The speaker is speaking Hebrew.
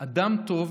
אדם טוב